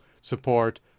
Support